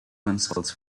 consults